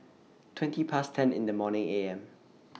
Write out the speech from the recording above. twenty Past ten in The morning A M